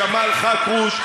ג'מאל חכרוש,